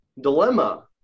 dilemma